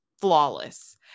flawless